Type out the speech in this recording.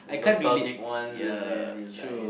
the nostalgic ones then they realize